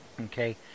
okay